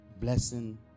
blessing